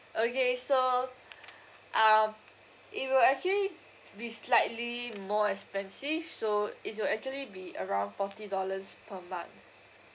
okay so um it will actually be slightly more expensive so it will actually be around forty dollars per month